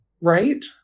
right